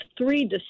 Three